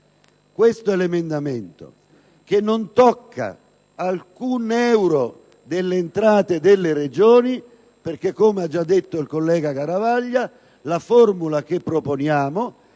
Questo è l'emendamento, che non tocca alcun euro delle entrate delle Regioni, perché, come ha già detto il collega Garavaglia, la formula che proponiamo è